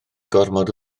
gormod